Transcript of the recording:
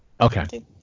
Okay